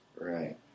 Right